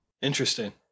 Interesting